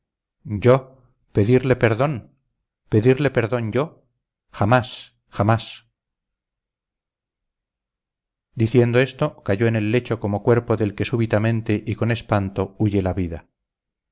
yo pedirle perdón pedirle perdón yo jamás jamás diciendo esto cayó en el lecho como cuerpo del que súbitamente y con espanto huye la vida